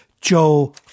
Joe